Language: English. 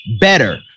better